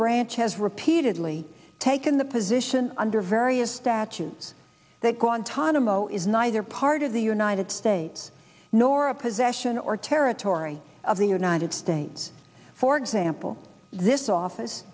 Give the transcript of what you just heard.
branch has repeatedly taken the position under various statutes that guantanamo is neither part of the united states nor a possession or territory of the united states for example this office